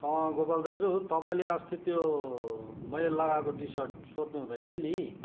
गोपाल दाजु तपाईँले अस्ति त्यो मैले लगाएको टी सर्ट सोध्नुहुँदै थियो नि